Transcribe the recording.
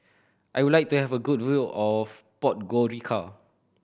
I would like to have a good view of Podgorica